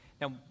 Now